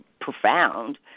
profound